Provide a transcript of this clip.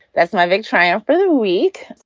that's my big triumph for the week.